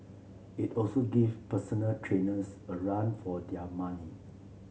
it also give personal trainers a run for their money